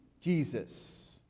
Jesus